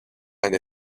and